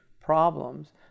problems